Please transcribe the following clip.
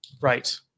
Right